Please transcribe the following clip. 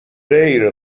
غیر